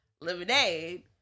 Lemonade